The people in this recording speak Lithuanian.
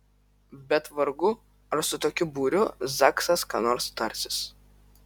bet vargu ar su tokiu būriu zaksas ką nors tarsis